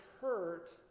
hurt